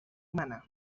humana